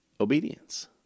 Obedience